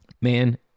man